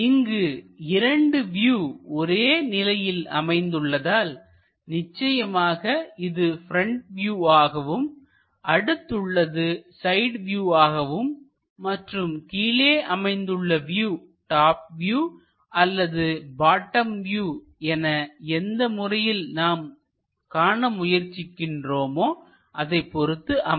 இங்கு இரண்டு வியூ ஒரே நிலையில் அமைந்துள்ளதால் நிச்சயமாக இது ப்ரெண்ட் வியூவாகவும் அடுத்துள்ளது சைட் வியூவாகவும் மற்றும் கீழே அமைந்துள்ள வியூ டாப் வியூ அல்லது பாட்டம் வியூ என எந்த முறையில் நாம் காண முயற்சிக்கின்றோமோ அதைப் பொறுத்து அமையும்